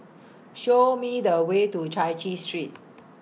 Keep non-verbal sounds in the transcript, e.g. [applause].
[noise] Show Me The Way to Chai Chee Street